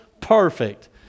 perfect